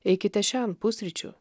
eikite šen pusryčių